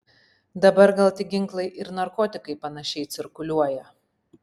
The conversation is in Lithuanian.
dabar gal tik ginklai ir narkotikai panašiai cirkuliuoja